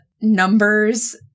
numbers